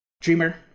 Dreamer